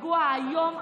הפיגוע האיום,